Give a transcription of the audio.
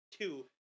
two